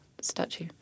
statue